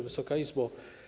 Wysoka Izbo!